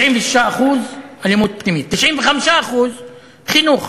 96% אלימות פנימית, 95% חינוך.